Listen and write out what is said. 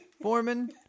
Foreman